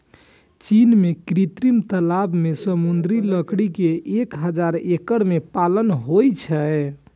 चीन मे कृत्रिम तालाब मे समुद्री ककड़ी के एक हजार एकड़ मे पालन होइ छै